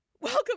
Welcome